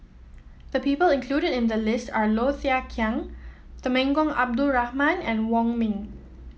the people included in the list are Low Thia Khiang Temenggong Abdul Rahman and Wong Ming